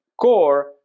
core